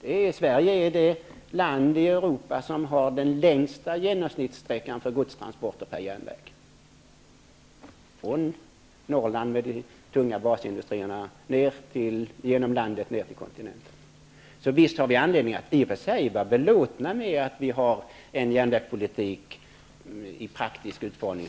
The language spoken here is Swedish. Sverige är det land i Europa som har den längsta genomsnittssträckan för godstransporter per järnväg -- från Norrland med de tunga basindustrierna och genom landet ned till kontinenten. Så visst har vi anledning att i och för sig vara belåtna med att vi har en sådan järnvägspolitik i praktisk utformning.